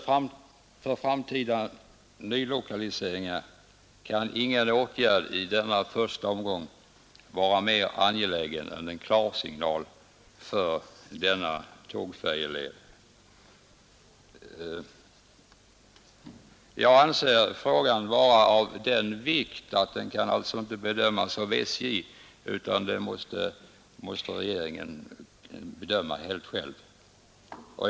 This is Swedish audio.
För framtida lokaliseringar kan ingen åtgärd i denna första omgång vara mer angelägen än en klarsignal för denna tågfärjeled. Jag anser frågan vara av den vikt att den inte kan bedömas av SJ, utan den måste regeringen bedöma helt och hållet själv.